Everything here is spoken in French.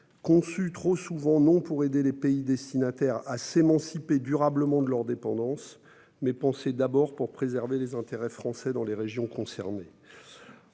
contenus trop souvent conçus non pour aider les pays destinataires à s'émanciper durablement de leurs dépendances, mais d'abord pour préserver les intérêts français dans les régions concernées.